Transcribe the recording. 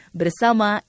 bersama